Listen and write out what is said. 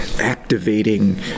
activating